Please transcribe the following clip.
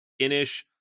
Inish